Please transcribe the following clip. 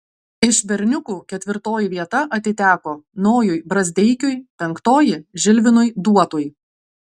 iš berniukų ketvirtoji vieta atiteko nojui brazdeikiui penktoji žilvinui duotui